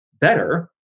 better